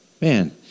man